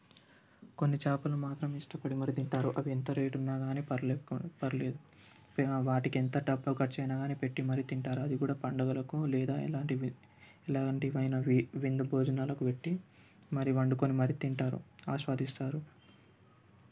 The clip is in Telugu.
కొన్ని చేపలు మాత్రం ఇష్టపడి మరీ తింటారు అవి ఎంత రేటు ఉన్నాకానీ పర్వాలేదు వాటికి ఎంత డబ్బు ఖర్చు అయినా కానీ పెట్టి మరీ తింటారు అది కూడా పండగలకు లేదా ఎలాంటి ఎలాంటివి అయిన వి విందు భోజనాలకి పెట్టి మరీ వండుకుని మరీ తింటారు ఆస్వాదిస్తారు